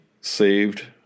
saved